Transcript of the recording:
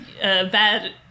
bad